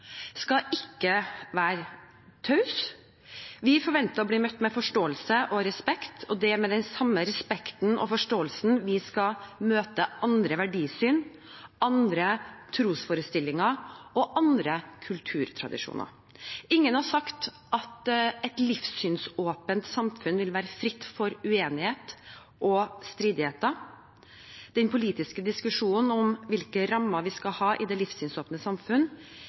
skal ikke være tause. Vi forventer å bli møtt med forståelse og respekt, og det med den samme respekten og forståelsen vi skal møte andre verdisyn, andre trosforestillinger og andre kulturtradisjoner med. Ingen har sagt at et livssynsåpent samfunn vil være fritt for uenighet og stridigheter. Den politiske diskusjonen om hvilke rammer vi skal ha i det livssynsåpne